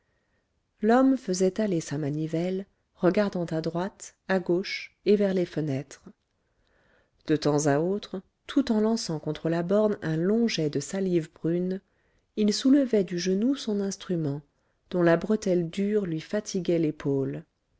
l'homme faisait aller sa manivelle regardant à droite à gauche et vers les fenêtres de temps à autre tout en lançant contre la borne un long jet de salive brune il soulevait du genou son instrument dont la bretelle dure lui fatiguait l'épaule